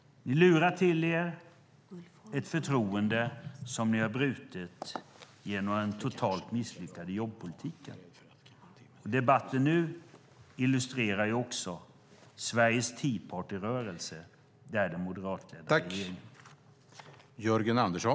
Ni lurar till er ett förtroende som ni har brutit genom en totalt misslyckad jobbpolitik. Debatten nu illustrerar ju också Sveriges Tea party-rörelse. Det är den moderatledda regeringen.